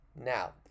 now